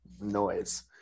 noise